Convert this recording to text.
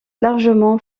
largement